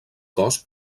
cos